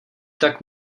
tak